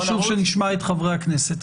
חשוב שנשמע את חברי הכנסת.